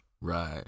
Right